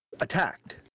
attacked